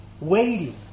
waiting